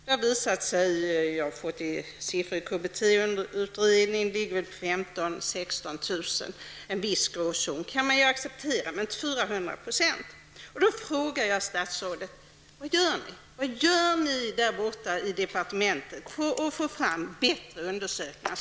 Det har visat sig att det är 15 000-- 16 000 -- jag har fått de siffrorna ur KBT utredningen. En viss gråzon kan man ju acceptera, men inte 400 %. Jag har då frågat statsrådet: Vad gör ni i departementet för att få fram bättre underlag?